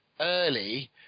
early